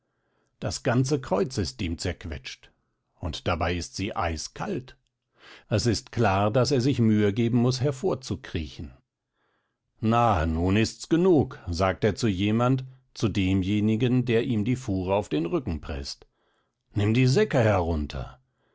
das ganze kreuz ist ihm zerquetscht und dabei ist sie eiskalt es ist klar daß er sich mühe geben muß hervorzukriechen na nun ist's genug sagt er zu jemand zu demjenigen der ihm die fuhre auf den rücken preßt nimm die säcke herunter